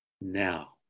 now